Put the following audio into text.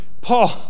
Paul